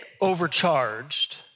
overcharged